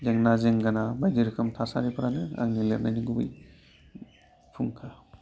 जेंना जेंगोना बायदि रोखोम थासारिफोरानो आंनि लिरनायनि गुबै फुंखा